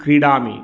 क्रीडामि